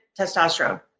testosterone